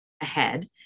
ahead